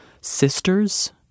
Sisters